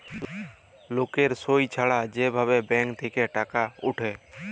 লকের সই ছাড়া যে ভাবে ব্যাঙ্ক থেক্যে টাকা উঠে